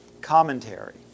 commentary